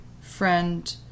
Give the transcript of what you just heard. friend